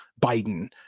Biden